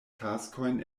taskojn